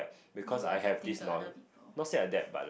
you adapting to other people